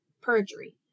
perjury